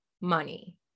money